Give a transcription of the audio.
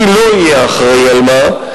מי לא יהיה אחראי למה.